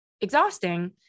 exhausting